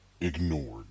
ignored